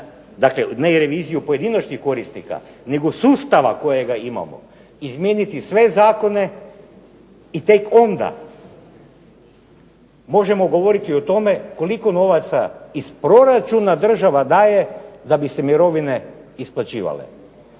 ne reviziju pojedinačnih korisnika nego sustava kojega imamo. Izmijeniti sve zakone i tek onda možemo govoriti o tome koliko novaca država iz proračuna daje da bi se mirovine isplaćivale.